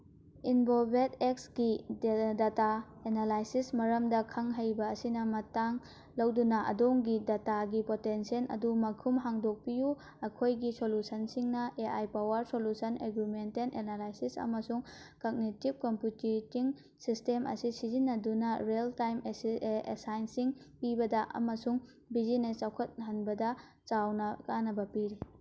innovate ꯑꯦꯛꯁꯀꯤ data analysis ꯃꯔꯝꯗ ꯈꯪ ꯍꯩꯕ ꯑꯁꯤꯅ ꯃꯇꯦꯡ ꯂꯧꯗꯨꯅ ꯑꯗꯣꯝꯒꯤ ꯗꯇꯥꯒꯤ ꯄꯣꯇꯦꯟꯁꯦꯜ ꯑꯗꯨ ꯃꯈꯨꯝ ꯍꯥꯡꯗꯣꯛꯄꯤꯌꯨ ꯑꯩꯈꯣꯏꯒꯤ ꯁꯣꯂꯨꯁꯟꯁꯤꯡꯅ A I power solution augmented analysis ꯑꯃꯁꯨꯡ ꯀꯛꯅꯤꯇꯤꯞ ꯀꯝꯄꯨꯇꯤꯌꯦꯇꯤꯡ ꯁꯤꯁꯇꯦꯝ ꯑꯁꯤ ꯁꯤꯖꯤꯟꯅꯗꯨꯅ ꯔꯤꯌꯦꯜ ꯇꯥꯏꯝ ꯑꯦꯁꯥꯏꯟꯁꯤꯡ ꯄꯤꯕꯗ ꯑꯃꯁꯨꯡ ꯕꯤꯖꯤꯅꯦꯁ ꯆꯥꯎꯈꯠꯍꯟꯕꯗ ꯆꯥꯎꯅ ꯀꯥꯅꯕ ꯄꯤꯔꯤ